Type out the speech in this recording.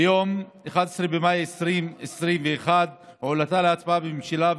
ביום 11 במאי 2021 הועלתה להצבעה בממשלה,